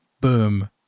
boom